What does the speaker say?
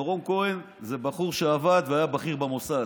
דורון כהן זה בחור שעבד והיה בכיר במוסד.